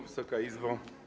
Wysoka Izbo!